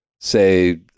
say